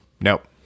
Nope